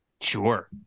Sure